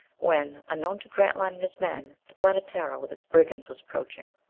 when, unknown to grantline and his men, the planetara with its brigands was approaching.